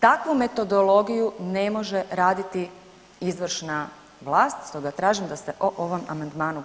Takvu metodologiju ne može raditi izvršna vlast, stoga tražim da se o ovom amandmanu glasa.